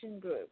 Group